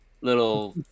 Little